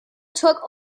took